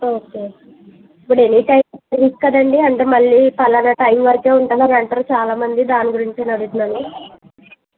okay ఇప్పుడు any time తెలుసు కదండీ అంటే మళ్ళీ పలాన టైమువరకే ఉంటాను అని అంటారు చాలామంది దాని గురించి అని అడుగుతున్నాను